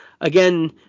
again